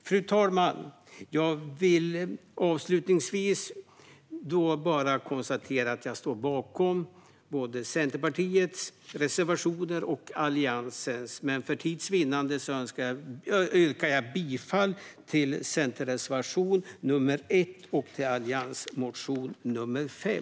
Fru talman! Jag vill avslutningsvis konstatera att jag står bakom både Centerpartiets och Alliansens reservationer. Men för tids vinnande yrkar jag bifall endast till Centerpartiets reservation nr 3 och till alliansreservationen nr 5.